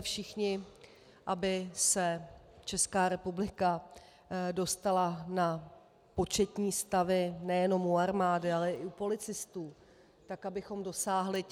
Všichni chceme, aby se Česká republika dostala na početní stavy nejenom u armády, ale i policistů tak, abychom dosáhli